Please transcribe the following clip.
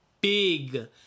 big